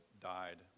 died